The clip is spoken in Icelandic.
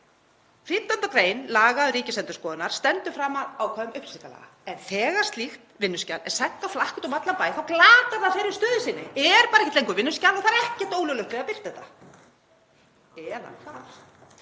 15. gr. laga um Ríkisendurskoðun stendur framar ákvæðum upplýsingalaga, en þegar slíkt vinnuskjal er sent á flakk úti um allan bæ þá glatar það þeirri stöðu sinni, er bara ekki lengur vinnuskjal og það er ekkert ólöglegt við að birta þetta. Eða hvað?